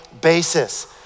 basis